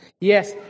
Yes